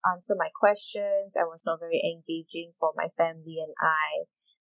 answer my questions and was not very engaging for my family and I